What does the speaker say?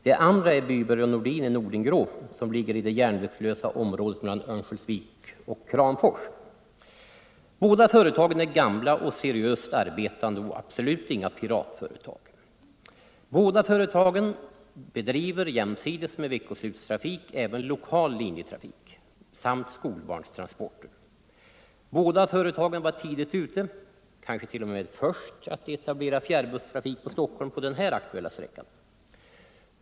Det andra är Byberg & Nordin, Nordingrå, som ligger i det järnvägslösa området mellan Örnsköldsvik och Kramfors. 7 Båda företagen är gamla och seriöst arbetande och absolut inga piratföretag. Båda företagen bedriver jämsides med veckoslutstrafik även lokal linjetrafik och handhar skolbarnstransporter. Båda företagen var tidigt ute — kanske t.o.m. först med att etablera fjärrbusstrafik på Stockholm — på den här aktuella sträckan.